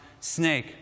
snake